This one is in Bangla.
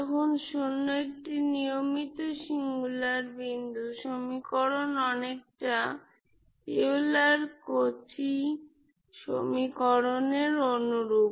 যখন 0 একটি নিয়মিত সিঙ্গুলার বিন্দু সমীকরণ অনেকটা ইউলার কচি সমীকরণের অনুরূপ